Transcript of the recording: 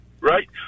right